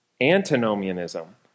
antinomianism